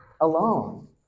alone